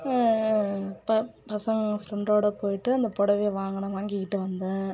ப பசங்க ஃப்ரெண்டோட போய்ட்டு அந்த புடவைய வாங்கினேன் வாங்கிக்கிட்டு வந்தேன்